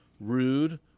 rude